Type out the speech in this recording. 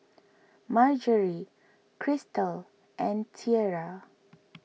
Marjory Cristal and Tiera